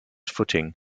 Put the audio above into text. footing